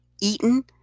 eaten